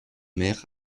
mer